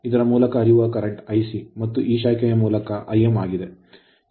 ಇದರ ಮೂಲಕ ಹರಿಯುವ current ಪ್ರವಾಹ I c ಮತ್ತು ಈ ಶಾಖೆಯ ಮೂಲಕ Im ಆಗಿದೆ